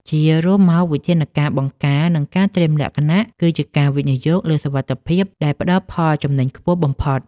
ជារួមមក វិធានការបង្ការ និងការត្រៀមលក្ខណៈ គឺជាការវិនិយោគលើសុវត្ថិភាពដែលផ្ដល់ផលចំណេញខ្ពស់បំផុត។